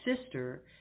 sister